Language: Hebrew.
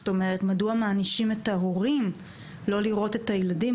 זאת אומרת מדוע מענישים את ההורים לא לראות את הילדים,